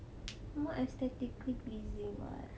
more aesthetically pleasing [what]